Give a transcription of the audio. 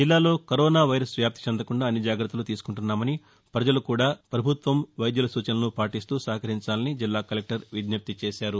జిల్లాలో corona virus వ్యాప్తి చెందకుండా అన్ని జాగ్రత్తలు తీసుకుంటున్నామని ప్రపజలు కూడా ప్రభుత్వం వైద్యుల సూచనలు పాటిస్తూ సహకరించాలని జిల్లా కలెక్టర్ విజ్ఞప్తి చేశారు